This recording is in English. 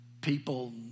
people